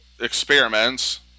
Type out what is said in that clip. experiments